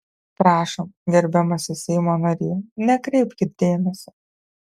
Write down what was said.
prašom gerbiamasis seimo nary nekreipkit dėmesio